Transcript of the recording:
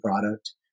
product